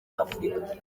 afurika